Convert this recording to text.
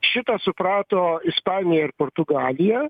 šitą suprato ispanija ir portugalija